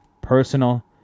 personal